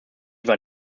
war